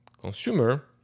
consumer